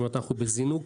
אנחנו בזינוק